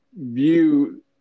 view